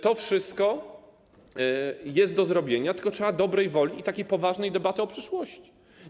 To wszystko jest więc do zrobienia, tylko trzeba dobrej woli i poważnej debaty o przyszłości.